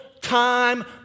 time